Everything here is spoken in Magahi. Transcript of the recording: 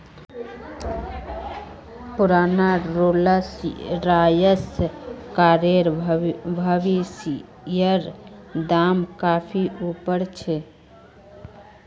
पुराना रोल्स रॉयस कारेर भविष्येर दाम काफी ऊपर छे